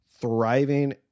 thriving